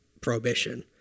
prohibition